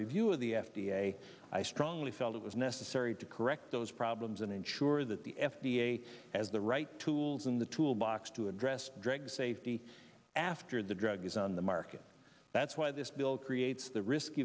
review of the f d a i strongly felt it was necessary to correct those problems and ensure that the f d a has the right tools in the tool box to address drug safety after the drug is on the market that's why this bill creates the risk